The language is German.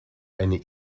eine